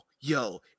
yo